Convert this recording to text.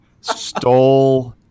stole